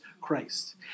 Christ